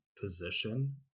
position